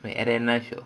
வேற என்ன:vera enna show